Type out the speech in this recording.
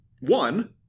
one